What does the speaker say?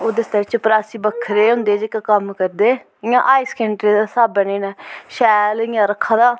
ओह्दे आस्तै चपरासी बक्खरे होंदे जेह्के कम्म करदे इ'यां हाई सकैंडरी दे स्हाबै कन्नै शैल इ'यां रक्खे दा